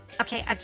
Okay